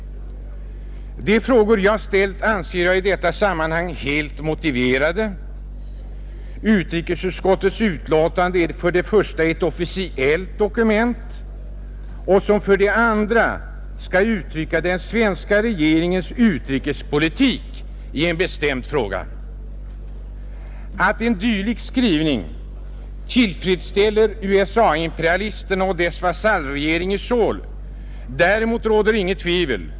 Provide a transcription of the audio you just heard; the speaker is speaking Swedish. De frågor jag här ställt anser jag i detta sammanhang vara helt motiverade, Utrikesutskottets betänkande är för det första ett officiellt dokument, och för det andra skall det uttrycka den svenska regeringens utrikespolitik i en bestämd fråga. Att en dylik skrivning tillfredsställer USA-imperialismen och dess vasallregering i Söul, därom råder inget tvivel.